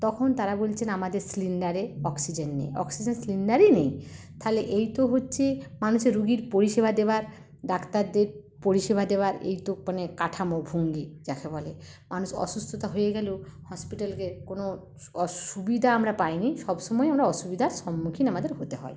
তখন তারা বলছেন আমাদের সিলিন্ডারে অক্সিজেন নেই অক্সিজেন সিলিন্ডারই নেই তাহলে এই তো হচ্ছে মানুষের রোগীর পরিষেবা দেওয়ার ডাক্তারদের পরিষেবা দেওয়ার এই তো মানে কাঠামো ভঙ্গি যাকে বলে মানুষ অসুস্থতা হয়ে গেলেও হসপিটালকে কোন সুবিধা আমরা পাই নি সব সময় আমরা অসুবিধার সন্মুখীন আমাদের হতে হয়